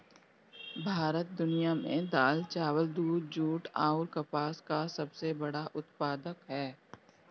भारत दुनिया में दाल चावल दूध जूट आउर कपास का सबसे बड़ा उत्पादक ह